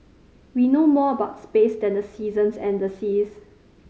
we know more about space than the seasons and the seas